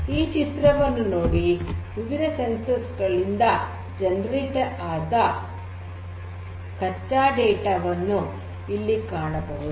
ಈ ಚಿತ್ರವನ್ನು ನೋಡಿ ವಿವಿಧ ಸಂವೇದಕಗಳಿಂದ ಉತ್ಪಾದಿಸಿದ ಕಚ್ಚಾ ಡೇಟಾ ವನ್ನು ಇಲ್ಲಿ ಕಾಣಬಹುದು